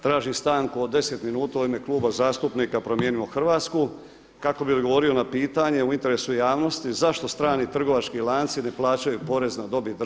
Tražim stanku od 10 minuta u ime Kluba zastupnika Promijenimo Hrvatsku kako bih odgovorio na pitanje u interesu javnosti zašto strani trgovački lanci ne plaćaju porez na dobit države.